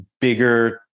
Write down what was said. bigger